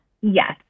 Yes